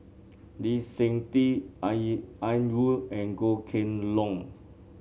Lee Seng Tee Ian Woo and Goh Kheng Long